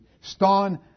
Stone